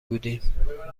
بودیم